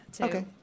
Okay